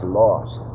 lost